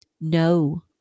No